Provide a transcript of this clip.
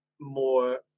more